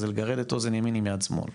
זה לגרד את אוזן ימין עם יד שמאל.